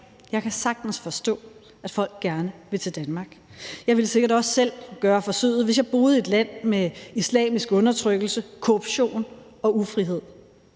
Jeg kan sagtens forstå, at folk gerne vil til Danmark. Jeg ville sikkert også selv gøre forsøget, hvis jeg boede i et land med islamisk undertrykkelse, korruption og ufrihed.